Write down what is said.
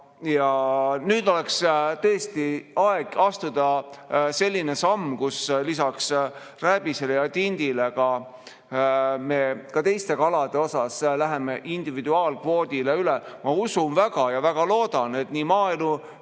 ja nüüd oleks tõesti aeg astuda selline samm, kus lisaks rääbisele ja tindile me ka teiste kalade puhul läheme individuaalkvoodile üle. Ma usun väga ja väga loodan, et nii